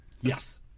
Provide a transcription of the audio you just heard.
Yes